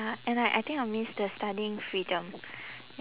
ya and like I think I'll miss the studying freedom you